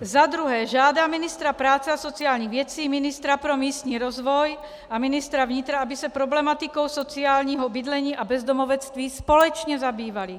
2. žádá ministra práce a sociálních věcí, ministra pro místní rozvoj a ministra vnitra, aby se problematikou sociálního bydlení a bezdomovectví společně zabývali;